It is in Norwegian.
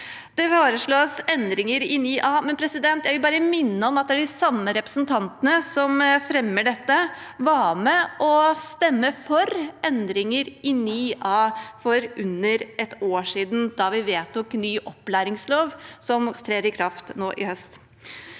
Det foreslås endringer i § 9 A, men jeg vil minne om at de samme representantene som fremmer dette, var med og stemte for endringer i § 9 A for under et år siden, da vi vedtok ny opplæringslov, som trer i kraft nå i høst.